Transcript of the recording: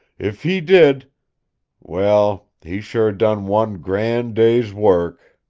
if he did well, he sure done one grand day's work!